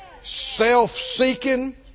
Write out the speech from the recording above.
Self-seeking